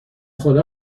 خدا